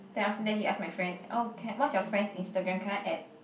then after that he ask my friend oh can what's your friend Instagram can I add